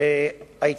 2009):